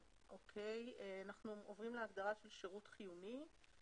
אנחנו עוברים להגדרת "שירות חיוני".